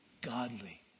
godly